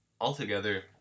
altogether